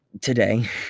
today